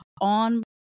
on